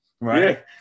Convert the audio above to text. right